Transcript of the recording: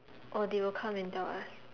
oh they will come and tell us